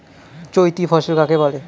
চৈতি ফসল কাকে বলে?